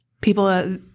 people